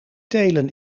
telen